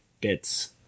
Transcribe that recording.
bits